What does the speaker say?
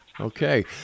Okay